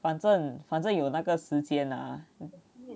反正反正有那个时间 ah